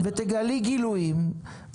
ותגלי גילויים,